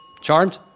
Charmed